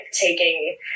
taking